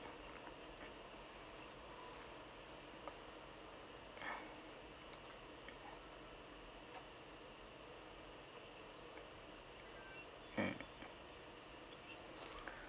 mm